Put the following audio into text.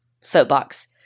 Soapbox